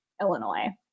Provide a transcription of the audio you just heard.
Illinois